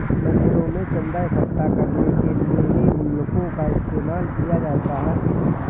मंदिरों में चन्दा इकट्ठा करने के लिए भी गुल्लकों का इस्तेमाल किया जाता है